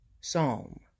Psalm